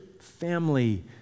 family